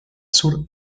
sur